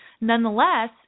Nonetheless